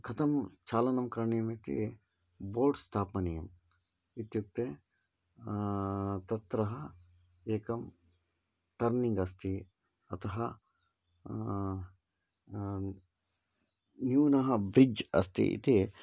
कथं चालनं करणीयमिति बोर्ड् स्थापनीयम् इत्युक्ते तत्र एकं टर्निङ्ग् अस्ति अतः न्यूनं ब्रिड्ज् अस्ति इति